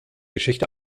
geschichte